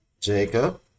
Jacob